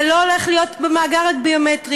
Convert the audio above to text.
זה לא הולך להיות במאגר הביומטרי.